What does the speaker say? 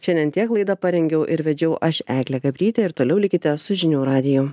šiandien tiek laidą parengiau ir vedžiau aš eglė gabrytė ir toliau likite su žinių radiju